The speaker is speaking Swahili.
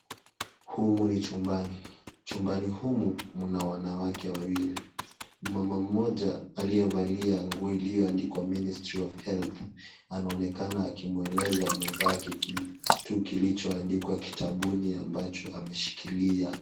Humu ni chumbani chumbani humu muna wanawake wawili. Mmama mmoja aliavalia nguo iliyoandikwa Ministry of Health, anaonekana akimueleza mwenzake tu kilichoandikwa kitabuni ambacho ameshikilia.